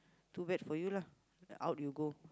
too bad for you lah out you go